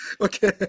Okay